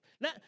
Now